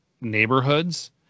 neighborhoods